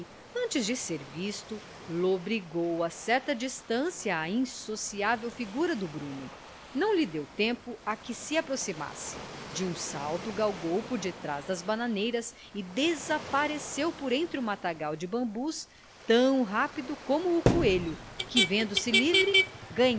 antes de ser visto lobrigou a certa distancia a insociável figura do bruno não lhe deu tempo a que se aproximasse de um salto galgou por detrás das bananeiras e desapareceu por entre o matagal de bambus tão rápido como o coelho que vendo-se livre